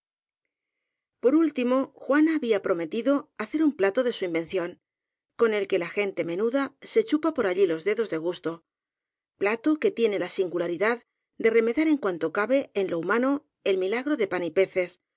por último juana había prometido hacer un plato de su invención con el que la gente menuda se chupa por allí los dedos de gusto plato que tie ne la singularidad de remedar en cuanto cabe en lo humano el milagro de pan y peces